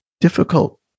difficult